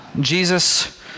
Jesus